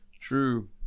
True